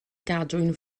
gadwyn